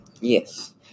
Yes